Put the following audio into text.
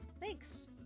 Thanks